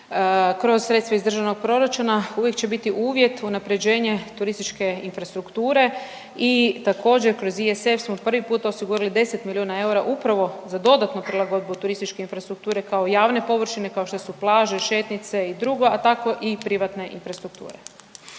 kroz sredstva iz Državnog proračuna, uvijek će biti uvjet unaprjeđenje turističke infrastrukture i također kroz ISF smo prvi put osigurali 10 milijuna eura upravo za dodatnu prilagodbu turističke infrastrukture kao javne površine, kao što su plaže, šetnice i drugo, a tako i privatne infrastrukture.